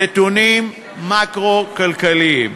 נתונים מקרו-כלכליים,